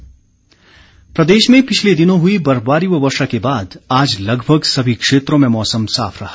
मौसम प्रदेश में पिछले दिनों हुई बर्फबारी व वर्षा के बाद आज लगभग सभी क्षेत्रों में मौसम साफ रहा